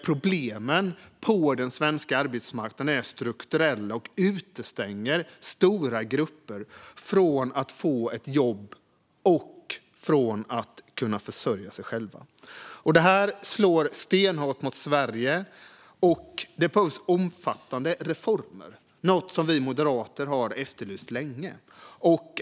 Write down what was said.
Problemen på den svenska arbetsmarknaden är strukturella och utestänger stora grupper från att få ett jobb och att kunna försörja sig själva. Det slår stenhårt mot Sverige. Det behövs omfattande reformer, något som vi moderater har efterlyst länge.